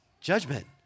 Judgment